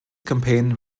campaign